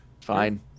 Fine